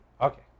Okay